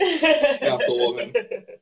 Councilwoman